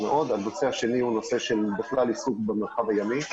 ראינו את תשדירי השירות שלכם כל ערב בטלוויזיה - פרויקט לאומי נפלא,